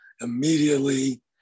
immediately